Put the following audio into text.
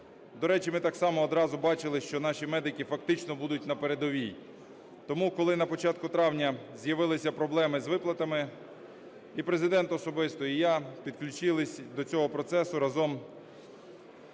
До речі, ми так само бачили, що наші медики фактично будуть на передовій. Тому, коли на початку травня з'явилися проблеми з виплатами, і Президент особисто, і я підключилися до цього процесу разом,